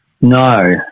No